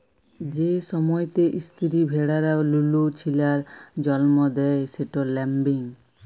যে সময়তে ইস্তিরি ভেড়ারা লুলু ছিলার জল্ম দেয় সেট ল্যাম্বিং